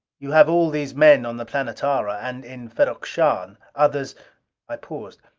you have all these men on the planetara. and in ferrok-shahn, others i paused.